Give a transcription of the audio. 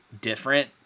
different